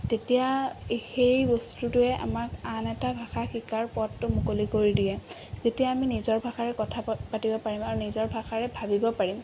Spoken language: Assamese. তেতিয়া সেই বস্তুইটোৱে আমাক আন এটা ভাষা শিকাৰ পথটো মুকলি কৰি দিয়ে যেতিয়া আমি নিজৰ ভাষাৰে কথা পাতিব পাৰিম আৰু নিজৰ ভাষাৰে ভাবিব পাৰিম